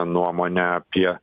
nuomonę apie